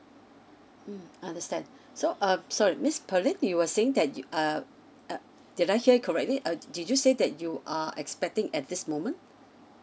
mm understand so uh sorry miss perlin that you were saying that you uh uh did I hear you correctly uh did you say that you are expecting at this moment